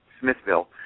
Smithville –